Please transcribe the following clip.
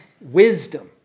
wisdom